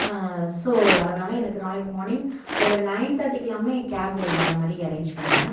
so அதனால எனக்கு நாளைக்கு மார்னிங் ஒரு நயன் தேர்ட்டிக்குலாமே கேபு வர்ற மாதிரி அரேஞ் பண்ணுங்க